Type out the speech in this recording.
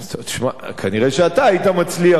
כנראה שאתה היית מצליח להביא אותו,